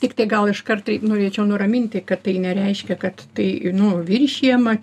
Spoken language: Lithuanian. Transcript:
tiktai gal iškart tai norėčiau nuraminti kad tai nereiškia kad tai nu viršijama